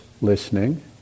listening